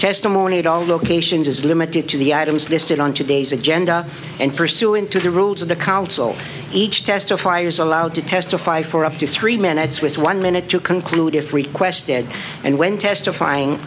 testimony at all locations is limited to the items listed on today's agenda and pursuant to the rules of the counsel each testifiers allowed to testify for up to three minutes with one minute to conclude if requested and when testifying